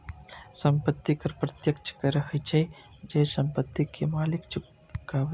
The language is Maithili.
संपत्ति कर प्रत्यक्ष कर होइ छै, जे संपत्ति के मालिक चुकाबै छै